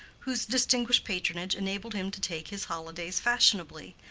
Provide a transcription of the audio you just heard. whose distinguished patronage enabled him to take his holidays fashionably,